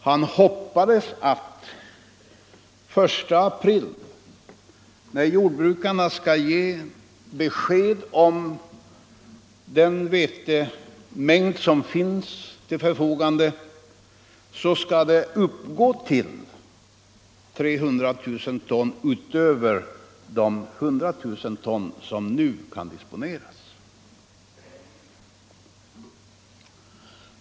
Han hoppades att det den 1 april, när jordbrukarna skall ha gett besked om den vetemängd som står till förfogande, skall visa sig att mängden överskottsvete uppgår till 300 000 ton utöver de 100 000 som nu kan disponeras.